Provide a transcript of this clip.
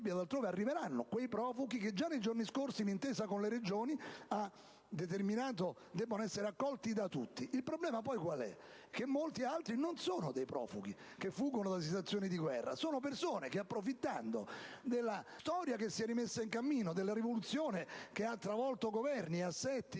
altrove arriveranno quei profughi che già nei giorni scorsi l'intesa con le Regioni ha determinato debbano essere accolti da tutti. Il problema qual è? Che molti altri non sono profughi che fuggono da situazioni di guerra; sono persone che approfittano della storia che si è rimessa in cammino e della rivoluzione che ha travolto governi e assetti